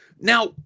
Now